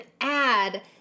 add